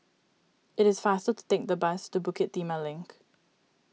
it is faster to take the bus to Bukit Timah Link